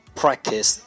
practice